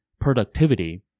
productivity